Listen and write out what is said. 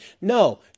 no